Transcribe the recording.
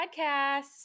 Podcast